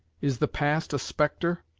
is the past a specter?